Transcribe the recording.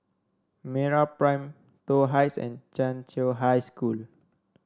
MeraPrime Toh Heights and Chiau High School